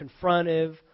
confrontive